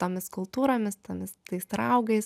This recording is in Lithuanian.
tomis kultūromis tomis tais raugais